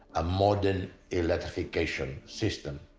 a modern electrification system.